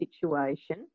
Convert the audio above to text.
situation